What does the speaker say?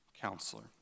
counselor